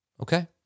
Okay